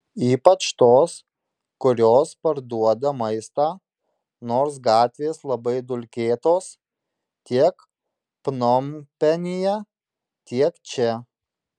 ypač tos kurios parduoda maistą nors gatvės labai dulkėtos tiek pnompenyje tiek čia